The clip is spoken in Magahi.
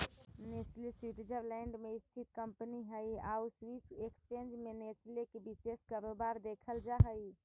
नेस्ले स्वीटजरलैंड में स्थित कंपनी हइ आउ स्विस एक्सचेंज में नेस्ले के विशेष कारोबार देखल जा हइ